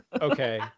okay